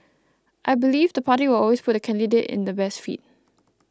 I believe the party will always put the candidate in the best fit